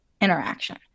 interaction